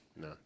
No